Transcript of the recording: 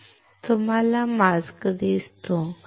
तुम्हाला मास्क दिसतो